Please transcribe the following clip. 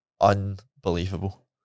unbelievable